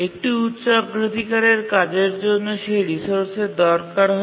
একটি উচ্চ অগ্রাধিকারের কাজের জন্য সেই রিসোর্সের দরকার হয়